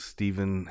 Stephen